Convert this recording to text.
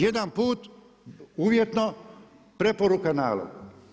Jedan put uvijeno preporuka, nalog.